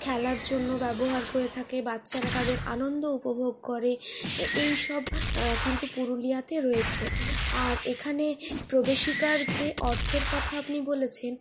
খেলার জন্য ব্যবহার করে থাকে বাচ্চারা তাদের আনন্দ উপভোগ করে এই সব কিন্তু পুরুলিয়াতে রয়েছে আর এখানে প্রবেশিকার যে অর্থের কথা আপনি বলেছেন